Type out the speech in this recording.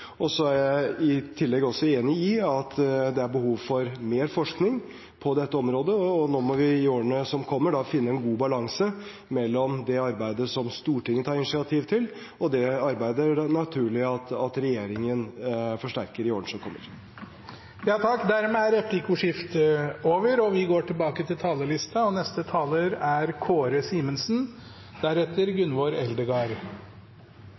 nivået. Så er jeg i tillegg enig i at det er behov for mer forskning på dette området, og nå må vi i årene som kommer, finne en god balanse mellom det arbeidet som Stortinget tar initiativ til, og det arbeidet det er naturlig at regjeringen forsterker i årene som kommer. Replikkordskiftet er omme. Det er hyggelig at det er denne historiske saken som blir min siste fra denne talerstolen. Jeg har vokst opp i et miljø der norsk, finsk og